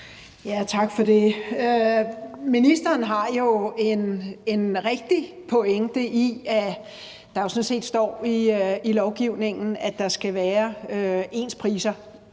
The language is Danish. (V): Tak for det. Ministeren har jo en rigtig pointe i, at der sådan set står i lovgivningen, at der skal være ens priser